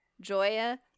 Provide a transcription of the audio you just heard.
Joya